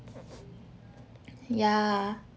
yeah